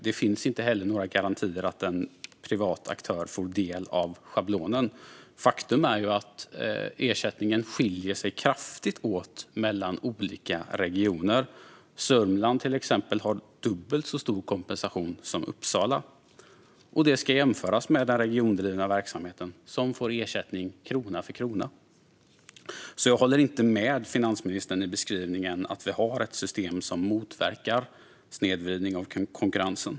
Det finns inte heller några garantier för att en privat aktör får del av denna schablon. Faktum är att ersättningen skiljer sig kraftigt åt mellan olika regioner. Till exempel har Sörmland dubbelt så stor kompensation som Uppsala. Detta ska jämföras med den regiondrivna verksamheten, som får ersättning krona för krona. Jag håller alltså inte med finansministern i beskrivningen att vi har ett system som motverkar snedvridning av konkurrensen.